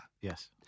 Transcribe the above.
yes